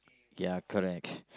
ya correct